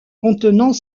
contenant